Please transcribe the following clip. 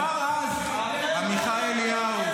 כבר אז ------ הכוח לכל מי שנותן --- עמיחי אליהו,